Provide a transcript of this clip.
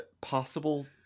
possible